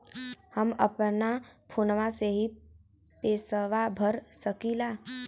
हम अपना फोनवा से ही पेसवा भर सकी ला?